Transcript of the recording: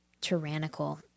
tyrannical